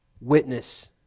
witness